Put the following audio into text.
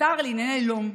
ושר לענייני לום.